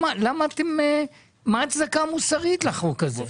מהי ההצדקה המוסרית לחוק הזה?